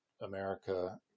America